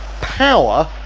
power